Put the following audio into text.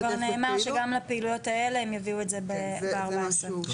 נאמר שגם לפעילויות האלה הם יביאו את זה בארבע עשרה.